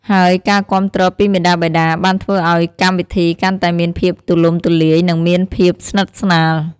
ហើយការគាំទ្រពីមាតាបិតាបានធ្វើឲ្យកម្មវិធីកាន់តែមានភាពទូលំទូលាយ និងមានភាពស្និទស្នាល។